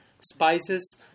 spices